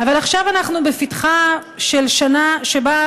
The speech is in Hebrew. אבל עכשיו אנחנו בפתחה של שנה שבה,